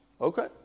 Okay